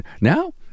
Now